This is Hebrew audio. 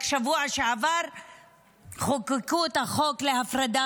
רק בשבוע שעבר חוקקו את החוק להפרדה